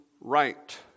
right